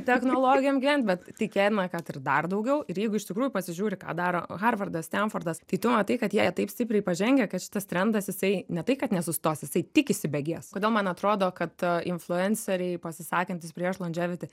technologijom gyvent bet tikėtina kad ir dar daugiau ir jeigu iš tikrųjų pasižiūri ką daro harvardas stenfordas tai tu matai kad jie yra taip stipriai pažengę kad šitas trendas jisai ne tai kad nesustos jisai tik įsibėgės kodėl man atrodo kad influenceriai pasisakantys prieš londževiti